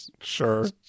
Sure